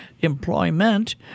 employment